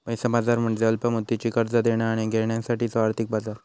पैसा बाजार म्हणजे अल्प मुदतीची कर्जा देणा आणि घेण्यासाठीचो आर्थिक बाजार